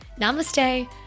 namaste